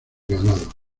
ganado